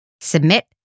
Submit